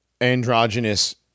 Androgynous